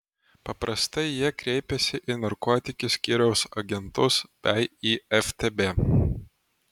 paprastai jie kreipiasi į narkotikų skyriaus agentus bei į ftb